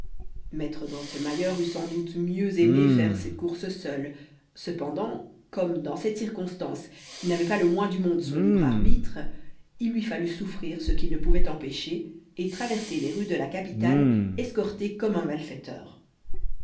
maître drosselmayer eût sans doute mieux aimé faire cette course seul cependant comme dans cette circonstance il n'avait pas le moins du monde son libre arbitre il lui fallut souffrir ce qu'il ne pouvait empêcher et traverser les rues de la capitale escorté comme un malfaiteur